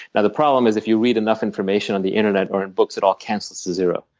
and the problem is, if you read enough information on the internet or in books, it all cancels to zero.